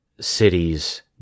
cities